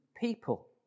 people